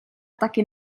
taky